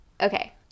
Okay